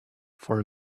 for